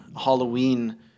Halloween